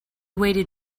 waited